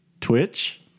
Twitch